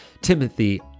Timothy